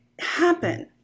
happen